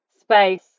space